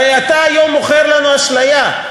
הרי אתה היום מוכר לנו אשליה,